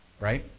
Right